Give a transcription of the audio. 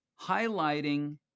highlighting